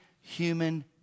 human